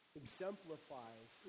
exemplifies